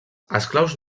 esclaus